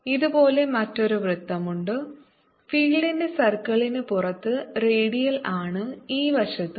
ഇതുപോലുള്ള മറ്റൊരു വൃത്തമുണ്ട് ഫീൽഡിന്റെ സർക്കിളിന് പുറത്ത് റേഡിയൽ ആണ് ഈ വശത്തും